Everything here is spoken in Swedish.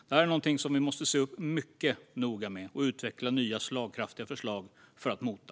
Detta är någonting som vi måste se upp mycket noga med och utveckla nya, slagkraftiga förslag för att mota.